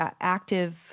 active